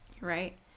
right